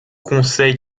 conseil